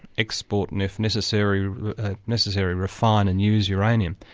export, and if necessary ah necessary refine and use uranium?